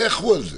לכו על זה,